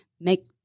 make